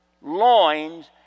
loins